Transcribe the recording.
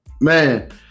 man